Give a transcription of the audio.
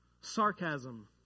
Sarcasm